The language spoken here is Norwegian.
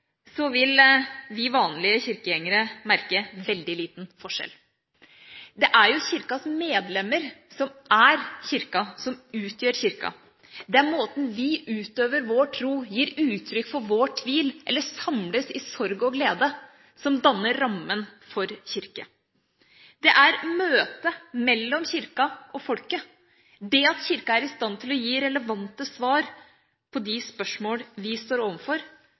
er Kirkas medlemmer som er Kirka, som utgjør Kirka. Det er måten vi utøver vår tro på, gir uttrykk for vår tvil på eller samles i sorg og glede på, som danner rammen for Kirka. Det er møtet mellom Kirka og folket, det at Kirka er i stand til å gi relevante svar på de spørsmål vi står